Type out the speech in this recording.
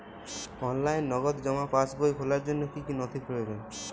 অনলাইনে নগদ জমা পাসবই খোলার জন্য কী কী নথি প্রয়োজন?